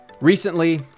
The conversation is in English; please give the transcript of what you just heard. Recently